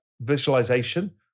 visualization